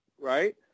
right